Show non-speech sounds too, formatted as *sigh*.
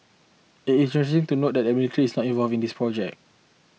it is interesting to note that the every *unintelligible* not involving this project